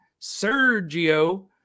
Sergio